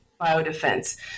biodefense